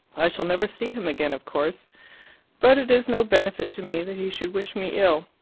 i shall never see him again, of course but it is no benefit to me that he should wish me ill.